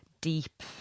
deep